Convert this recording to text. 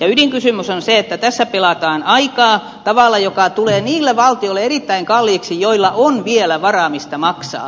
ydinkysymys on se että tässä pelataan aikaa tavalla joka tulee niille valtioille erittäin kalliiksi joilla on vielä varaa mistä maksaa